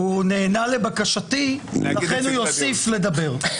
הוא נענה לבקשתי ולכן הוא יוסיף לדבר.